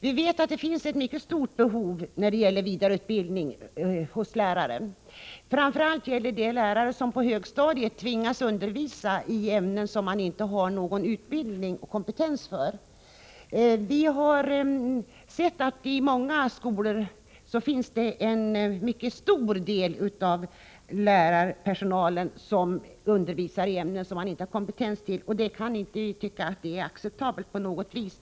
Vi vet att det finns ett mycket stort behov av vidareutbildning för lärare. Framför allt gäller det lärare som på högstadiet tvingas undervisa i ämnen som de inte har någon utbildning eller kompetens. Vi har sett att det i många skolor är en mycket stor del av lärarpersonalen som undervisar i ämnen som de inte har kompetens i, och det kan inte vi tycka är acceptabelt på något vis.